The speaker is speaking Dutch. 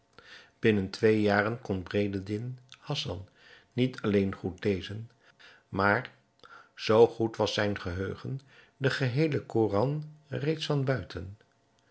binnen twee jaren kon bedreddin hassan niet alleen goed lezen maar zoo goed was zijn geheugen den geheelen koran reeds van buiten